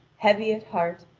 heavy at heart,